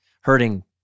hurting